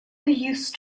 used